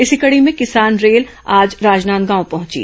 इसी कड़ी में किसान रेल आज राजनांदगांव पहुंची